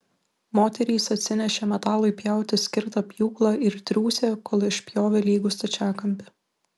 moterys atsinešė metalui pjauti skirtą pjūklą ir triūsė kol išpjovė lygų stačiakampį